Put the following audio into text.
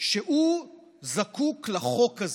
שהוא זקוק לחוק הזה,